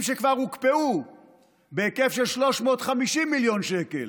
שכבר הוקפאו בהיקף של 350 מיליון שקל.